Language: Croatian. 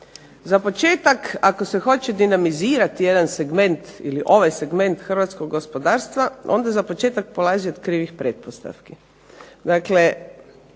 Za početak ako se hoće dinamizirati jedan segment ili ovaj segment hrvatskog gospodarstva onda za početak polazi od krivih pretpostavki.